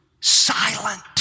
silent